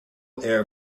air